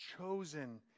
chosen